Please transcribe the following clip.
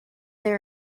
there